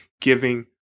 giving